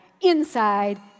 inside